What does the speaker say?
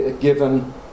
given